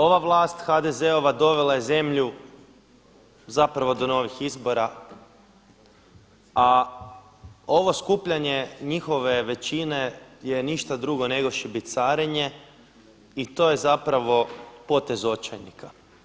Ova vlast HDZ-ova dovela je zemlju zapravo do novih izbora, a ovo skupljanje njihove većine je ništa drugo nego šibicarenje i to je zapravo potez očajnika.